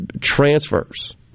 transfers